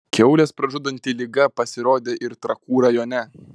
kiaules pražudanti liga pasirodė ir trakų rajone